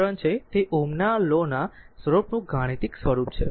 3 છે તે Ω ના લો ના સ્વરૂપનું ગાણિતિક સ્વરૂપ છે